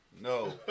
No